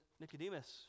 Nicodemus